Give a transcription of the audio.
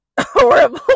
Horrible